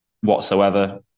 whatsoever